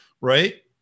Right